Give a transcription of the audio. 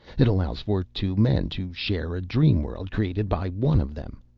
it allows for two men to share a dream world created by one of them.